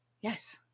Yes